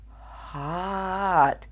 hot